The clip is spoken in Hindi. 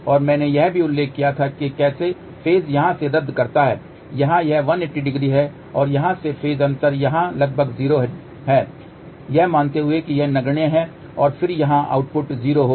और मैंने यह भी उल्लेख किया था कि कैसे फ़ेज यहाँ से रद्द करता है यहाँ यह 1800 है और यहाँ से फ़ेज अंतर यहाँ लगभग 0 है यह मानते हुए कि यह नगण्य है और फिर यहाँ आउटपुट 0 होगा